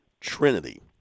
Trinity